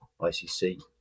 ICC